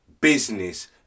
business